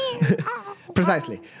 Precisely